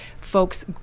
folks